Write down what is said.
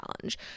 challenge